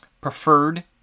preferred